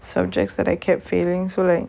subjects that I kept failing so like